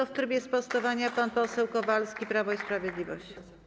W trybie sprostowania pan poseł Kowalski, Prawo i Sprawiedliwość.